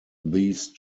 these